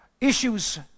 issues